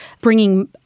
bringing